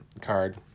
card